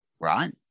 Right